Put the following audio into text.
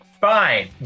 fine